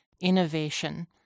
innovation